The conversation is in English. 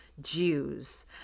Jews